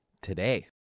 today